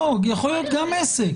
יכול להיות גם עסק,